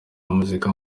muzika